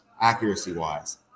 accuracy-wise